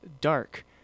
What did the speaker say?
dark